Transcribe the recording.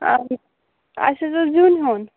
آ اَسہِ حظ اوس زِیُن ہیٚون